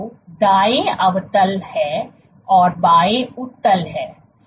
तो दायें अवतल है और बायें उत्तल है